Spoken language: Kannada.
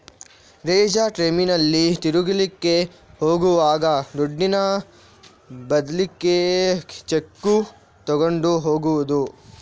ರಜೆ ಟೈಮಿನಲ್ಲಿ ತಿರುಗ್ಲಿಕ್ಕೆ ಹೋಗುವಾಗ ದುಡ್ಡಿನ ಬದ್ಲಿಗೆ ಚೆಕ್ಕು ತಗೊಂಡು ಹೋಗುದು